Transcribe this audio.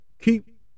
keep